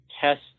test